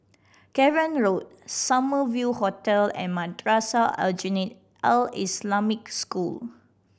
Cavan Road Summer View Hotel and Madrasah Aljunied Al Islamic School